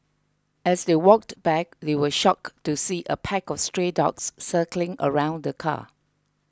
as they walked back they were shocked to see a pack of stray dogs circling around the car